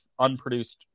unproduced